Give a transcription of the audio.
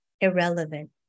irrelevant